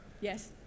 Yes